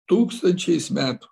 tūkstančiais metų